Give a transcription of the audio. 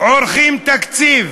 הקיסר